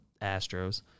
Astros